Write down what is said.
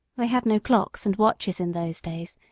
they had no clocks and watches in those days,